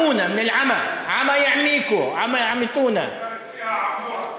עמונה, עיוורו אותנו לגביה.)